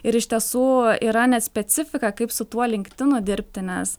ir iš tiesų yra net specifika kaip su tuo linktidinu dirbti nes